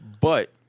But-